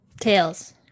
Tails